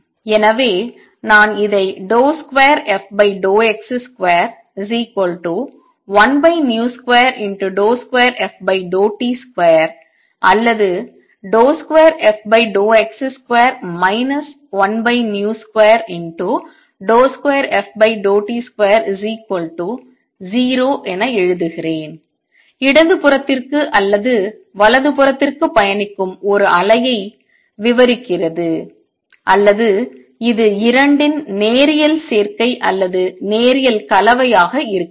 எனவே நான் இதை 2fx21v22ft2 அல்லது 2fx2 1v22ft20 எழுதுகிறேன் இடது புறத்திற்கு அல்லது வலது புறத்திற்கு பயணிக்கும் ஒரு அலையை விவரிக்கிறது அல்லது இது இரண்டின் நேரியல் சேர்க்கை அல்லது நேரியல் கலவையாக இருக்கலாம்